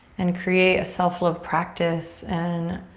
and create a self love practice and